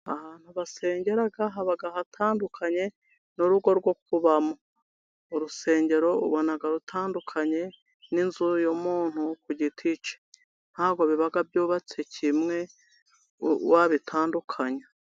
Ahantu basengera haba hatandukanye n'urugo rwo kubamo, urusengero ubona rutandukanye n'inzu y'umuntu ku giti cye ntabwo biba byubatse kimwe wabitandukanya.